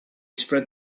spread